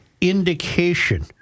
indication